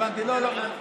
מה נראה?